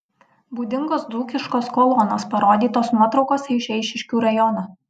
būdingos dzūkiškos kolonos parodytos nuotraukose iš eišiškių rajono